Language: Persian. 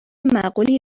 معقولی